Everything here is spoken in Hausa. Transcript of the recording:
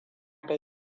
da